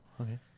okay